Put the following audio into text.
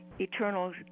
eternal